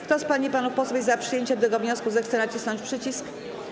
Kto z pań i panów posłów jest za przyjęciem tego wniosku, zechce nacisnąć przycisk.